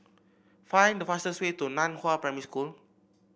find the fastest way to Nan Hua Primary School